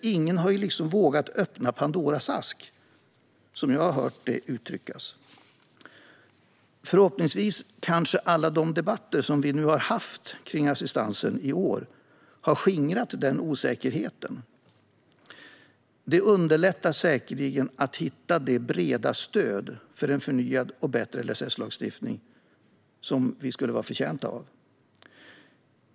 Ingen har vågat öppna Pandoras ask, som jag har hört någon uttrycka saken. Förhoppningsvis har alla de debatter vi i år har haft om assistansen skingrat denna osäkerhet. Det underlättar säkerligen att hitta ett brett stöd som en förnyad och bättre LSS-lagstiftning skulle vara betjänt av.